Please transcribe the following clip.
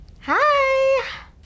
Hi